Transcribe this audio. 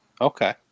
Okay